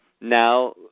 now